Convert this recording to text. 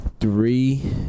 three